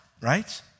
right